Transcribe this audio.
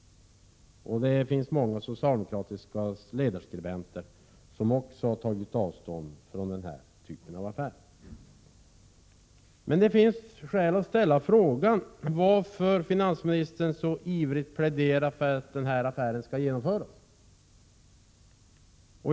Många socialdemokratiska ledarskribenter har också tagit avstånd från den här typen av affärer. Med det finns skäl att ställa frågan varför finansministern så ivrigt pläderar för att affären skall genomföras.